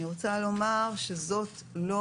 אני רוצה לומר שזו לא